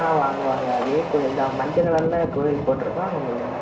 ஆ வாங்க வாங்க அதே கோயில் தான் மஞ்ச கலரில் கோயில் போட்டுருக்கும் அங்கே நில்லுங்கள்